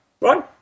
right